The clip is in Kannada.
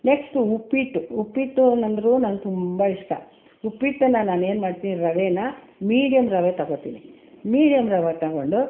ನೆಕ್ಸ್ಟು ಉಪ್ಪಿಟ್ಟು ಉಪ್ಪಿಟ್ಟು ನಂದ್ರು ನಂಗೆ ತುಂಬ ಇಷ್ಟ ಉಪ್ಪಿಟ್ಟನ್ನು ನಾನೇನು ಮಾಡ್ತೀನಿ ರವೆನ ಮೀಡಿಯಮ್ ರವೆ ತಗೊಳ್ತೀನಿ ಮೀಡಿಯಮ್ ರವೆ ತಗೊಂಡು